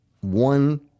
one